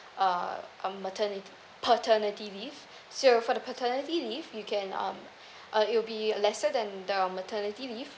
uh on maternity paternity leave so for the paternity leave you can um uh it will be uh lesser than the maternity leave